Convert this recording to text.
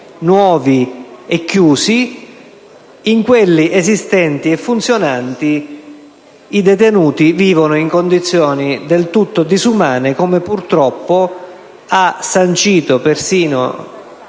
nuove, ma chiuse, in quelle esistenti e funzionanti i detenuti vivono in condizioni del tutto disumane, come purtroppo sancito persino